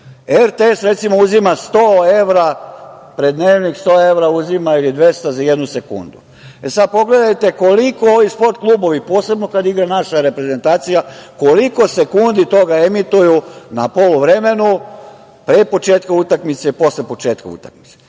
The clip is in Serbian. recimo uzima 100 evra, pred dnevnih uzima 100 evra ili 200 za jednu sekundu. Sada, pogledajte koliko ovi sport klubovi, posebno kada igra naša reprezentacija, koliko sekundi toga emituju na poluvremenu, pre početka utakmice i posle početka utakmice.